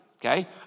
okay